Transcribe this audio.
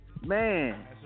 Man